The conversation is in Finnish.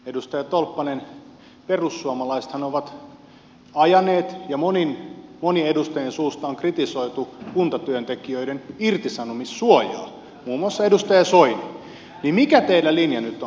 edustaja tolppanen perussuomalaisethan ovat ajaneet ja monien edustajien suusta on kritisoitu kuntatyöntekijöiden irtisanomissuojaa muun muassa edustaja soini niin mikä teidän linja nyt on